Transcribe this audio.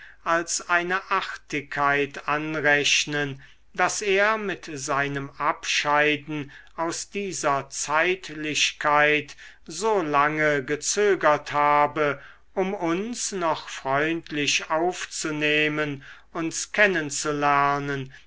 als eine artigkeit anrechnen daß er mit seinem abscheiden aus dieser zeitlichkeit so lange gezögert habe um uns noch freundlich aufzunehmen uns